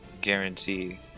guarantee